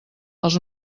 als